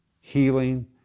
healing